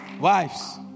Wives